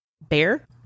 Bear